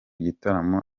gitaramo